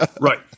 right